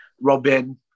Robin